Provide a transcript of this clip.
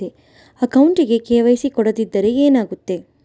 ಅಕೌಂಟಗೆ ಕೆ.ವೈ.ಸಿ ಕೊಡದಿದ್ದರೆ ಏನಾಗುತ್ತೆ?